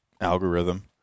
algorithm